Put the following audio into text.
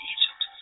Egypt